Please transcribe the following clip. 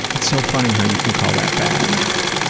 that's so funny, how you can call that bad. yeah,